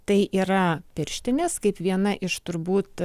tai yra pirštinės kaip viena iš turbūt